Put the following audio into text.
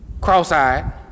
cross-eyed